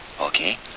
Okay